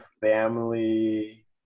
family